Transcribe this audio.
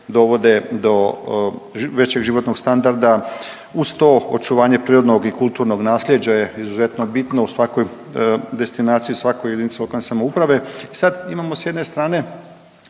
dovode do većeg životnog standarda. Uz to očuvanje prirodnog i kulturnog naslijeđa je izuzetno bitno u svakoj destinaciji, u svakoj jedinici lokalne samouprave. I sad imamo sa jedne strane